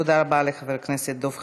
תודה רבה לחבר הכנסת דב חנין.